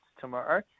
tomorrow